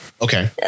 Okay